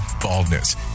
baldness